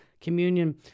communion